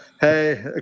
Hey